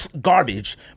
garbage